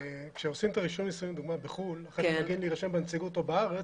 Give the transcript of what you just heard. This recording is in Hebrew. כשעושים את רישום הנישואין לדוגמה בחו"ל חייבים להירשם בנציגות פה בארץ